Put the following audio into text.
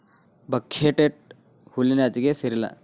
buckwheat ಹುಲ್ಲಿನ ಜಾತಿಗೆ ಸೇರಿಲ್ಲಾ